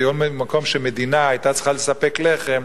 כי כשהוא עומד במקום שמדינה היתה צריכה לספק לחם,